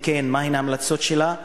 אם כן, מה הן ההמלצות שלה?